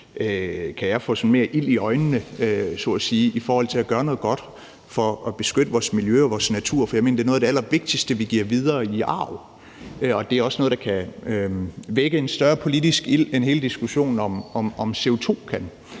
kan jeg få mere ild i øjnene så at sige i forhold til at gøre noget godt for at beskytte vores miljø og vores natur, for jeg mener, det er noget af det allervigtigste, vi giver videre i arv. Det er også noget, der kan vække en større politisk ild, end hele diskussionen om CO2 kan.